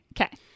Okay